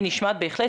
היא נשמעת בהחלט,